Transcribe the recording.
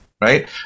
right